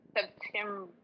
September